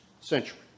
century